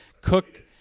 Cook